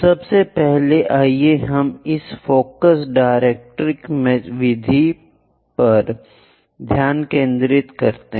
सबसे पहले आइए हम इस फोकस डाइरेक्टर विधि पर ध्यान केंद्रित करें